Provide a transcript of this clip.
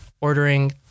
ordering